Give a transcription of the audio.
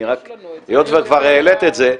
היות שכבר העלית את זה,